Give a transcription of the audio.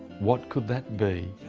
what could that be?